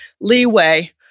leeway